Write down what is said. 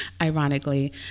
ironically